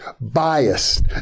biased